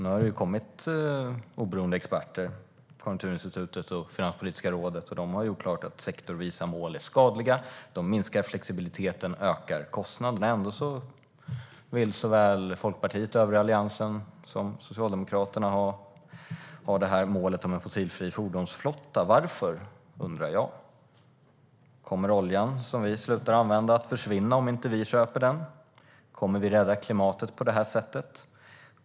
Nu har oberoende experter - Konjunkturinstitutet och Finanspolitiska rådet - gjort klart att sektorsvisa mål är skadliga. De minskar flexibiliteten och ökar kostnaderna. Ändå vill såväl Liberalerna och övriga Alliansen som Socialdemokraterna ha målet om en fossilfri fordonsflotta. Jag undrar varför. Kommer den olja som vi slutar att använda att försvinna om inte vi köper den? Kommer vi att rädda klimatet på det här sättet?